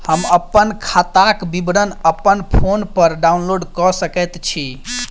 हम अप्पन खाताक विवरण अप्पन फोन पर डाउनलोड कऽ सकैत छी?